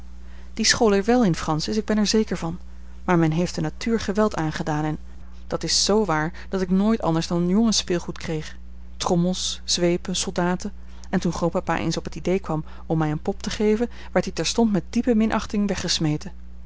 die school er wel in francis ik ben er zeker van maar men heeft de natuur geweld aangedaan en dat is zoo waar dat ik nooit anders dan jongensspeelgoed kreeg trommels zweepen soldaten en toen grootpapa eens op het idee kwam om mij een pop te geven werd die terstond met diepe minachting weggesmeten